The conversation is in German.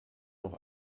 noch